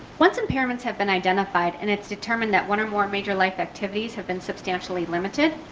once impairments have been identified, and it's determined that one or more major life activities have been substantially limited,